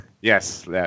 yes